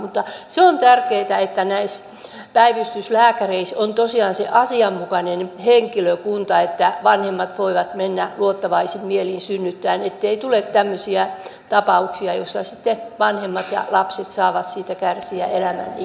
se on tärkeätä että päivystyslääkäreiden joukossa on tosiaan se asianmukainen henkilökunta että vanhemmat voivat mennä luottavaisin mielin synnyttämään ettei tule tämmöisiä tapauksia joissa sitten vanhemmat ja lapset saavat siitä kärsiä elämän ikään